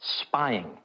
spying